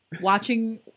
watching